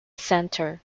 center